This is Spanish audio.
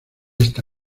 esta